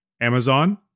Amazon